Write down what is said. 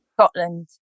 Scotland